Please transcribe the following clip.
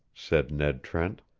said ned trent,